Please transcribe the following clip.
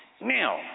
now